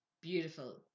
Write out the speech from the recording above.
beautiful